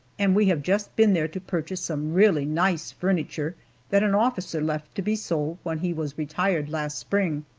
and we have just been there to purchase some really nice furniture that an officer left to be sold when he was retired last spring.